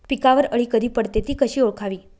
पिकावर अळी कधी पडते, ति कशी ओळखावी?